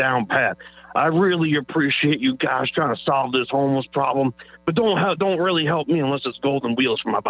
down pat i really appreciate you guys trying to solve this homeless problem but don't don't really help me unless it's gold and wheels from my